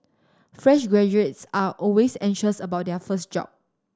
fresh graduates are always anxious about their first job